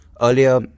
earlier